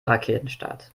raketenstart